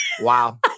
Wow